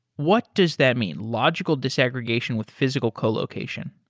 what does that mean? logical disaggregation with physical colocation?